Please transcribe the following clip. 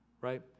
right